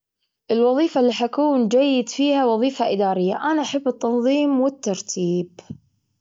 أفضل طريقة عشان أنهي يومي، أخذ دش، أخذ حمام، وبعدين جالسة أصلي، جلسة مع الكتاب أو مسلسل خفيف. أقرأ وردي القرآني، وبعدين أنام.